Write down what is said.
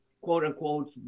quote-unquote